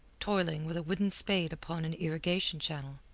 toiling with a wooden spade upon an irrigation channel.